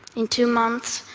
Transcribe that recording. in two months,